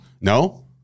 No